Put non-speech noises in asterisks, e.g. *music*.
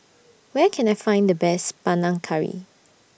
*noise* Where Can I Find The Best Panang Curry